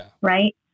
Right